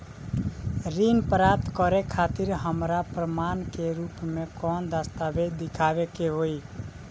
ऋण प्राप्त करे खातिर हमरा प्रमाण के रूप में कौन दस्तावेज़ दिखावे के होई?